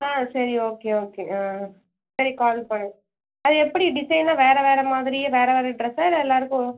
ஆ சரி okay okay ஆ சரி கால் பண் அது எப்படி டிசைன்னால் வேறு வேறு மாதிரியே வேறு வேறு ட்ரெஸ்ஸா இல்லை எல்லாேருக்கும்